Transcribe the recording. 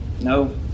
no